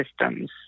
systems